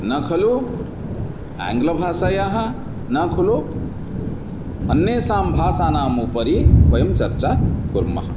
न खलु आङ्ग्लभाषायाः न खलु अन्यासां भाषाणामुपरि वयं चर्चां कुर्मः